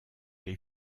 les